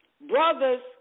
Brothers